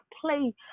play